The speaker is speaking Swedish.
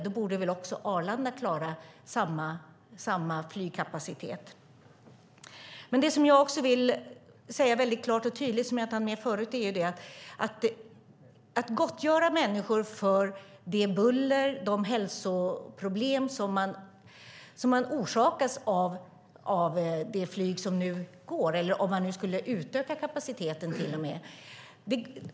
Då borde väl Arlanda klara samma flygkapacitet. Man kan inte gottgöra människor för det buller och de hälsoproblem som de orsakas av flyget - man kanske till och med kommer att utöka kapaciteten.